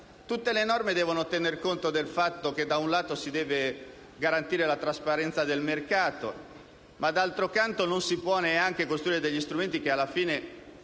tutte le norme devono tenere conto del fatto che da un lato si deve garantire la trasparenza del mercato, ma d'altro canto non si può neanche costruire degli strumenti che alla fine,